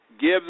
give